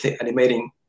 animating